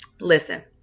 listen